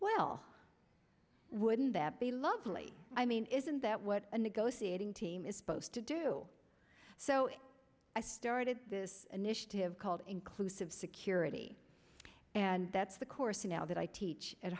well wouldn't that be lovely i mean isn't that what a negotiating team is supposed to do so i started this initiative called inclusive security and that's the course now that i teach at